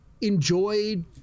enjoyed